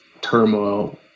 turmoil